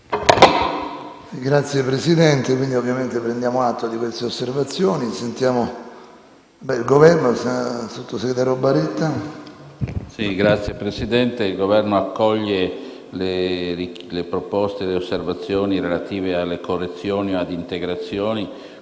Signor Presidente, il Governo accoglie le proposte e le osservazioni relative alle correzioni o ad integrazioni: